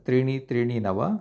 त्रीणि त्रीणि नव